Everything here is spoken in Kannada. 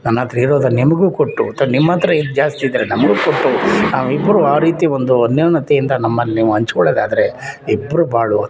ನನ್ನ ಹತ್ರ ಇರೋದು ನಿಮ್ಗೂ ಕೊಟ್ಟು ಅಥ್ವಾ ನಿಮ್ಮ ಹತ್ರ ಜಾಸ್ತಿ ಇದ್ದರೆ ನಮ್ಗೂ ಕೊಟ್ಟು ನಾವಿಬ್ರೂ ಆ ರೀತಿ ಒಂದು ಅನ್ಯೋನ್ಯತೆಯಿಂದ ನಮ್ಮಲ್ಲಿ ನೀವು ಹಂಚ್ಕೊಳ್ಳೋದಾದ್ರೆ ಇಬ್ರ ಬಾಳು